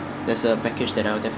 that's a package that I will definitely